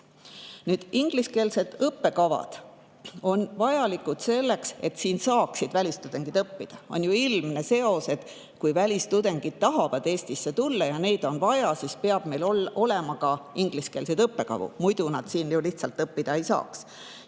Nüüd, ingliskeelsed õppekavad on vajalikud selleks, et siin saaksid välistudengid õppida. On ju ilmne seos, et kui välistudengid tahavad Eestisse tulla ja meil on neid vaja, siis peab meil olema ka ingliskeelseid õppekavu. Muidu nad siin ju õppida ei saaks.